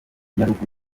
nyaruguru